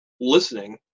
listening